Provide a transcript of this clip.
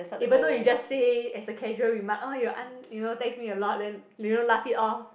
even though you just say as a casual remark oh your aunt you know text me a lot then you know laugh it off